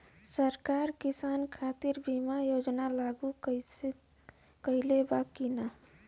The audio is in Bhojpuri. सरकार किसान खातिर बीमा योजना लागू कईले बा की ना?